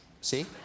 See